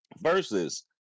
versus